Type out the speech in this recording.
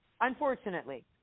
unfortunately